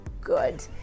good